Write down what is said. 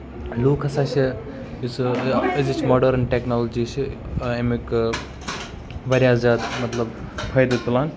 لکھ ہسا چھِ یُس أزِچ موڈٲرٕن ٹیکنولجی چھُ اَمیُک واریاہ زیادٕ مطلب فٲیدٕ تُلان